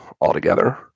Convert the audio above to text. altogether